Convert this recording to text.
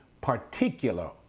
particular